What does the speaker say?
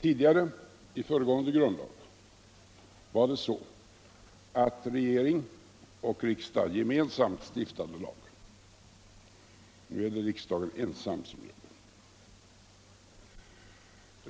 I föregående grundlag var det så, att regering och riksdag gemensamt stiftade lag. Nu är det riksdagen ensam som gör det.